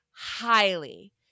highly